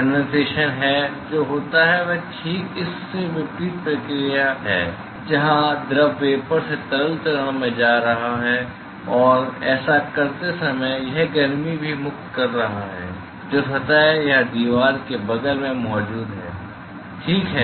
condensation में जो होता है वह ठीक इस के विपरीत प्रक्रिया है जहां द्रव वेपर से तरल चरण में जा रहा है और ऐसा करते समय यह गर्मी भी मुक्त कर रहा है जो सतह या दीवार के बगल में मौजूद है ठीक है